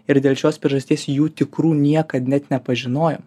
ir dėl šios priežasties jų tikrų niekad net nepažinojom